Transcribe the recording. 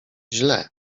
źle